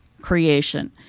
creation